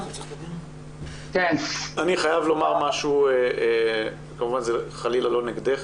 אני חייב לומר משהו, כמובן זה חלילה לא נגדך